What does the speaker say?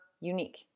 unique